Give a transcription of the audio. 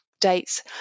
dates